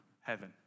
heaven